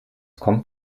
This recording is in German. kommt